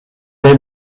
est